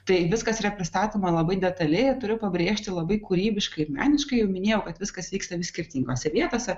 tai viskas yra pristatoma labai detaliai ir turiu pabrėžti labai kūrybiškai meniškai jau minėjau kad viskas vyksta skirtingose vietose